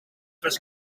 was